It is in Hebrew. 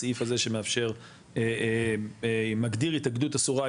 הסעיף הזה שמאפשר מגדיר התאגדות אסורה,